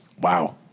Wow